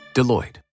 Deloitte